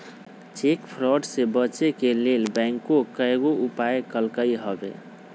cheque fraud से बचे के लेल बैंकों कयगो उपाय कलकइ हबे